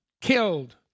killed